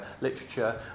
literature